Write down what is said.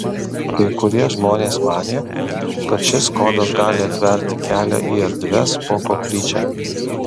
kai kurie žmonės manė kad šis kodas gali atverti kelią į erdves po koplyčia